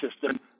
system